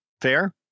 fair